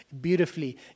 beautifully